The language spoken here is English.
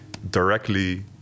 Directly